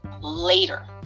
later